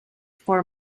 for